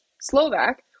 slovak